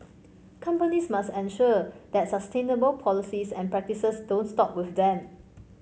companies must ensure that sustainable policies and practices don't stop with them